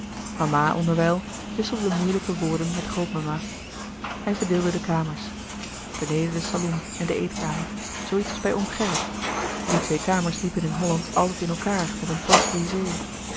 onderwijl wisselde moeilijke woorden met grootmama hij verdeelde de kamers beneden de salon en de eetkamer zoo iets als bij oom gerrit die twee kamers liepen in holland altijd in elkaâr met een